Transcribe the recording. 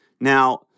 Now